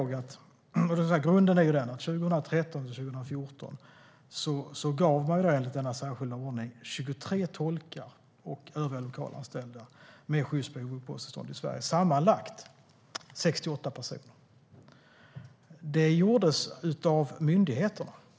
Grunden är att 2013-2014 gav man enligt denna särskilda ordning 23 tolkar och övriga lokalanställda med skyddsbehov uppehållstillstånd i Sverige. Sammanlagt var det 68 personer. Det gjordes av myndigheterna.